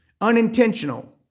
unintentional